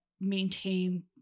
maintain